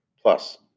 plus